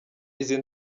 izo